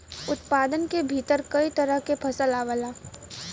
उत्पादन के भीतर कई तरह के फसल आवला